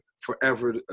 forever